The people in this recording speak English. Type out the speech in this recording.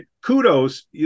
kudos